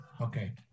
Okay